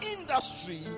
industry